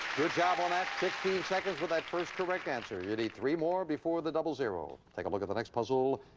good job on that. sixteen seconds with that first correct answer. you need three more before the double zero. take a look at the next puzzle.